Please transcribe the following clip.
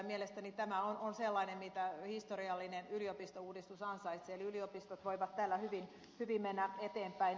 mielestäni tämä on sellainen minkä historiallinen yliopistouudistus ansaitsee eli yliopistot voivat tällä hyvin mennä eteenpäin